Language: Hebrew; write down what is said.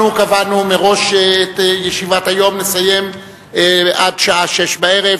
אנחנו קבענו מראש שאת ישיבת היום נסיים עד שעה 18:00,